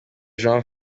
jean